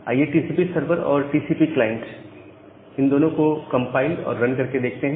आइए TCP server और TCP client इन दोनों को को कंपाइल और रन करके देखते हैं